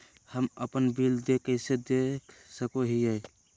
हम अपन बिल देय कैसे देख सको हियै?